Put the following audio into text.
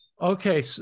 okay